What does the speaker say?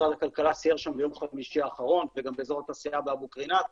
משרד הכלכלה סייר שם ביום חמישי האחרון וגם באזור התעשייה באבו קרינאת.